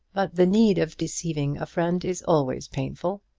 but the need of deceiving a friend is always painful.